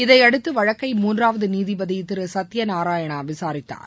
இதையடுத்து வழக்கை மூன்றாவது நீதிபதி திரு சத்திய நாராயணா விசாரித்தார்